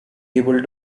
able